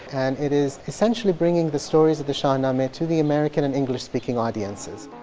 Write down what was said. and it is essentially bringing the stories of the shahnameh to the american and english speaking audiences.